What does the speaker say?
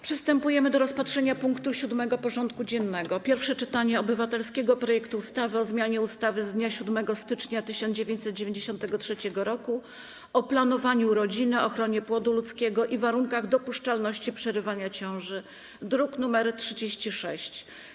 Przystępujemy do rozpatrzenia punktu 7. porządku dziennego: Pierwsze czytanie obywatelskiego projektu ustawy o zmianie ustawy z dnia 7 stycznia 1993 r. o planowaniu rodziny, ochronie płodu ludzkiego i warunkach dopuszczalności przerywania ciąży (druk nr 36)